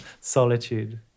Solitude